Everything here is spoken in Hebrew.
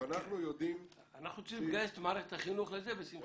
אבל אנחנו יודעים --- אנחנו רוצים לגייס את מערכת החינוך לזה בשמחה.